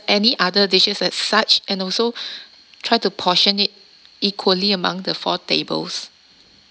any other dishes as such and also try to portion it equally among the four tables